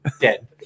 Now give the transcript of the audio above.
Dead